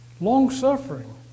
Long-suffering